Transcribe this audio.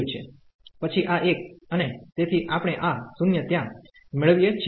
પછી આ એક અને તેથી આપણે આ 0 ત્યાં મેળવીએ છીએ